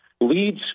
leads